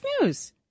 News